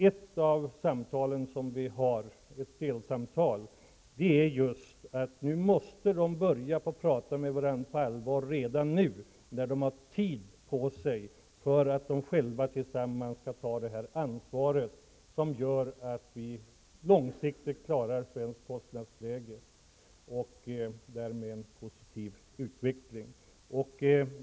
Ett delsamtal gäller att parterna redan nu, när de har tid på sig, måste börja prata på allvar, för att de tillsammans skall ta det ansvar som gör att vi långsiktigt klarar svenskt kostnadsläge och därmed en positiv utveckling.